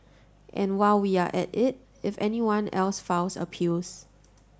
and while we're at it if anyone else files appeals